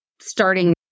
starting